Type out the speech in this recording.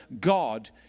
God